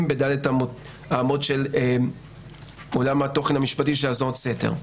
בד' האמות של עולם התוכן המשפטי של האזנות הסתר.